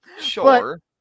sure